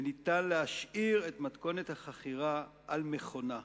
וניתן להשאיר את מתכונת החכירה על מכונה.